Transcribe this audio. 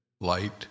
light